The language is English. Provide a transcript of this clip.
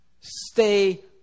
Stay